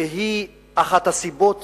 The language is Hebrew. והיא אחת הסיבות